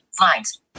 Lines